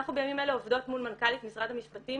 אנחנו בימים אלה עובדות מול מנכ"לית משרד המשפטים